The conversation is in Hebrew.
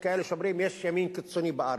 יש כאלה שאומרים: יש ימין קיצוני בארץ,